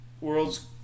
world's